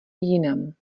jinam